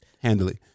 handily